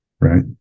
right